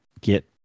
get